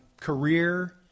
career